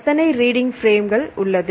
எத்தனை reading frames உள்ளது